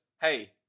hey